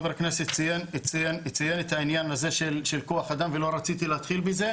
חבר הכנסת ציין את העניין הזה של כוח-אדם ולא רציתי להתחיל בזה,